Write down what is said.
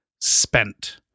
spent